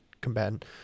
combat